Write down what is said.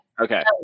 Okay